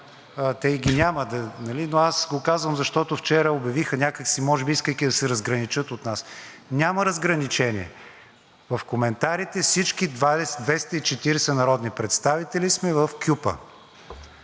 тях ги няма, но аз го казвам, защото вчера обявиха някак си, може би, искайки да се разграничат от нас, няма разграничение. В коментарите всички 240 народни представители сме в кюпа.